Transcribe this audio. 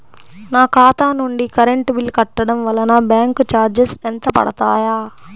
నా ఖాతా నుండి కరెంట్ బిల్ కట్టడం వలన బ్యాంకు చార్జెస్ ఎంత పడతాయా?